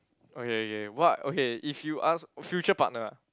okay okay what okay if you ask future partner ah